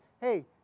hey